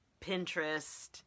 Pinterest